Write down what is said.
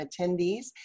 attendees